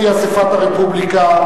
בנושא השאילתא הוגשה